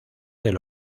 del